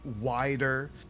wider